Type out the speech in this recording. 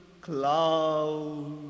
cloud